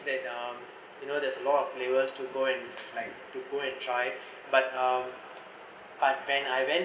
that um you know there's a lot of flavours to go and like to go and try but um but when I went